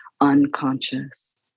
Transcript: unconscious